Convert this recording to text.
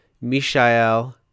Mishael